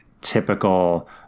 typical